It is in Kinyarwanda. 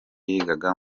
yigaga